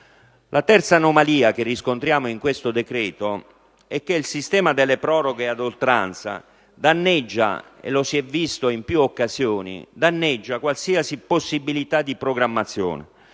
La terza anomalia che riscontriamo in questo decreto è che il sistema delle proroghe ad oltranza danneggia - e lo si è visto in più occasioni - qualsiasi possibilità di programmazione